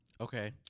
Okay